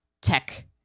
tech